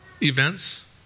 events